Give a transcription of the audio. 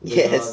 yes